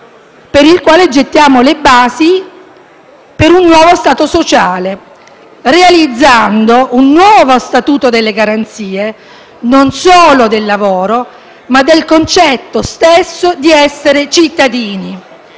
con cui gettiamo le basi per un nuovo Stato sociale, realizzando un nuovo statuto delle garanzie e non solo del lavoro, basato sul fatto stesso di essere cittadini.